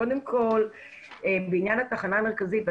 קודם כול בעניין התחנה המרכזית,